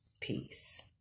peace